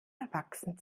erwachsen